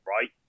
right